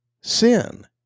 sin